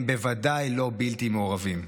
הם בוודאי לא בלתי מעורבים.